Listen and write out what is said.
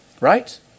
Right